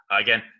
Again